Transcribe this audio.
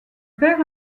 père